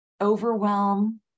overwhelm